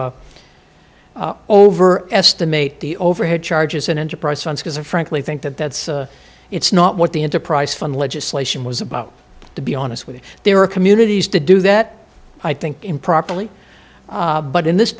over estimate the overhead charges in enterprise zones because of frankly think that that's it's not what the enterprise fund legislation was about to be honest with you there are communities to do that i think improperly but in this